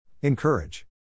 Encourage